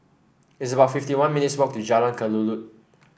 it's about fifty one minutes' walk to Jalan Kelulut